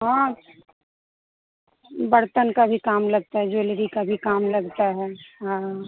हाँ बर्तन का भी काम लगता है ज्वेलरी का भी काम लगता है हाँ